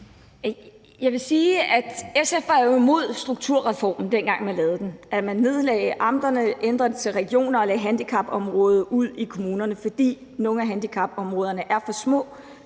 Jeg vil sige, at SF jo var imod strukturreformen, dengang man lavede den, altså at man nedlagde amterne, ændrede det til regioner og lagde handicapområdet ud i kommunerne, fordi nogle af handicapområderne er for små